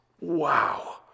Wow